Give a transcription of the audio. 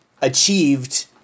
achieved